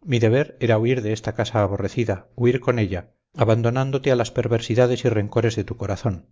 mi deber era huir de esta casa aborrecida huir con ella abandonándote a las perversidades y rencores de tu corazón